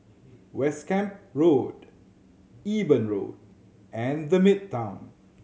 West Camp Road Eben Road and The Midtown